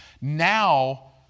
Now